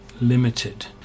limited